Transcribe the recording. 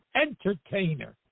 entertainer